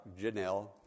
Janelle